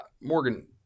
Morgan